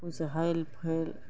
ओ से ऐल फैल